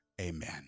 amen